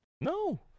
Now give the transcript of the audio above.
No